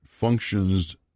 functions